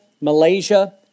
Malaysia